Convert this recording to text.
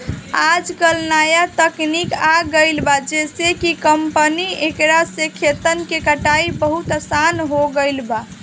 आजकल न्या तकनीक आ गईल बा जेइसे कि कंपाइन एकरा से खेतन के कटाई बहुत आसान हो गईल बा